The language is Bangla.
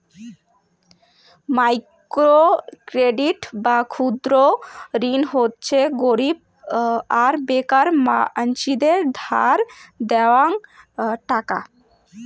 মাইক্রো ক্রেডিট বা ক্ষুদ্র ঋণ হচ্যে গরীব আর বেকার মানসিদের ধার দেওয়াং টাকা